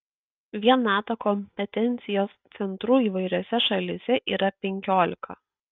vien nato kompetencijos centrų įvairiose šalyse yra penkiolika